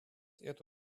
эту